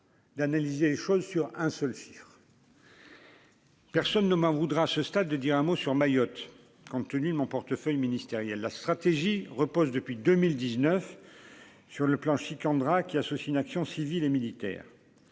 d'analyser les choses sur un seul sur. Personne ne m'en voudra, ce stade de dire un mot sur Mayotte, compte tenu de mon portefeuille ministériel la stratégie repose depuis 2019, sur le plan si Kendra qui associe une action civile et militaire